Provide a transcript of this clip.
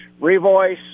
revoice